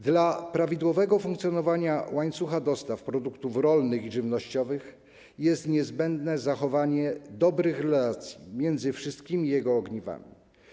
Dla prawidłowego funkcjonowania łańcucha dostaw produktów rolnych i żywnościowych jest niezbędne zachowanie dobrych relacji między wszystkimi jego ogniwami.